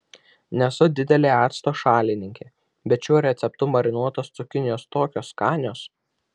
nesu didelė acto šalininkė bet šiuo receptu marinuotos cukinijos tokios skanios